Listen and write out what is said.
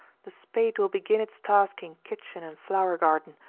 the spade will begin its task in kitchen and flower garden,